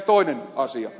toinen asia